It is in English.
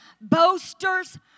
boasters